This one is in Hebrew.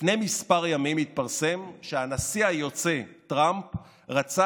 לפני ימים מספר התפרסם שהנשיא היוצא טראמפ רצה